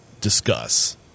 discuss